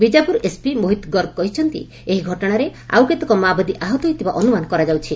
Bijapur SP Mohit Garg କହିଛନ୍ତି ଏହି ଘଟଣାରେ ଆଉ କେତେକ ମାଓବାଦୀ ଆହତ ହୋଇଥିବା ଅନୁମାନ କରାଯାଉଛି